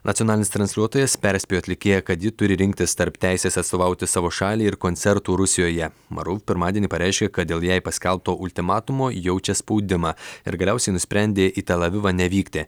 nacionalinis transliuotojas perspėjo atlikėją kad ji turi rinktis tarp teisės atstovauti savo šalį ir koncertų rusijoje maruv pirmadienį pareiškė kad dėl jai paskelbto ultimatumo jaučia spaudimą ir galiausiai nusprendė į tel avivą nevykti